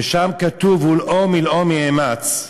ושם כתוב: "ולאֹם מלאֹם יאמץ",